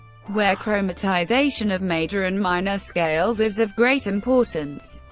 where chromatization of major and minor scales is of great importance.